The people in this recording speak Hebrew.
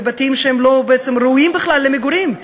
בתים שבעצם לא ראויים בכלל למגורים?